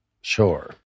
Sure